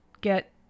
get